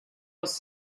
was